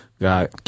God